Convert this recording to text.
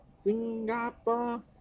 Singapore